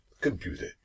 computer